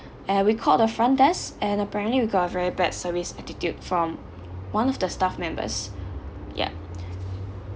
and we called the front desk and apparently we got a very bad service attitude from one of the staff members yup